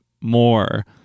more